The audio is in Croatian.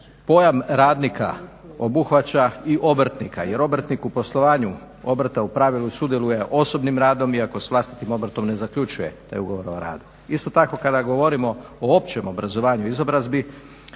pojam radnika obuhvaća, i obrtnika, jer obrtnik u poslovanju obrta u pravilu sudjeluje osobnim radom iako s vlastitim obrtom ne zaključuje taj ugovor o radu. Isto tako kada govorimo o općem obrazovanju i izobrazbi